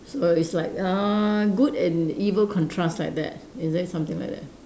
so it's like uh good and evil contrast like that is it something like that